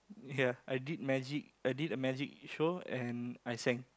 ya I did magic I did a magic show and I sang